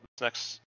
next